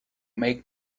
make